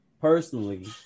Personally